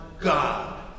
God